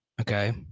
okay